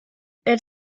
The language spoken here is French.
elle